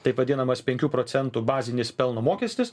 taip vadinamas penkių procentų bazinis pelno mokestis